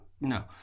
No